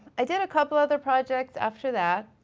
i did a couple other projects after that.